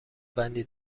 بندی